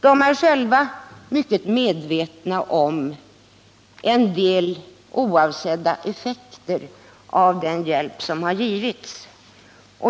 Vi är själva mycket medvetna om en del oavsedda effekter av den hjälp som har givits.